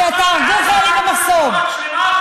בהפצצה בעזה לא הרגו משפחות שלמות?